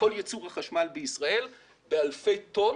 מכל ייצור החשמל בישראל באלפי טון.